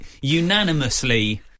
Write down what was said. unanimously